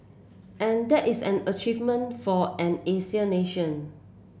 and that is an achievement for an Asian nation